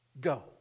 Go